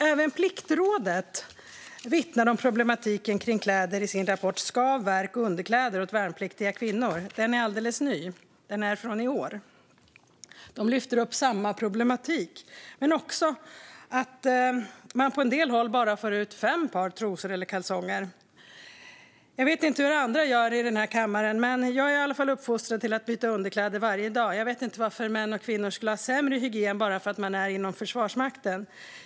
Även Pliktrådet vittnar om problematiken kring kläder i sin rapport om skav, värk och underkläder åt värnpliktiga kvinnor. Den är alldeles ny, från i år. Där lyfter man upp samma problematik, men också att man på en del håll bara får ut fem par trosor eller kalsonger. Jag vet inte hur andra i den här kammaren gör, men jag är i alla fall uppfostrad att byta underkläder varje dag. Jag vet inte varför män och kvinnor skulle ha sämre hygien bara för att man är inom Försvarsmakten.